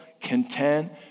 content